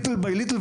little by little,